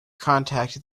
contact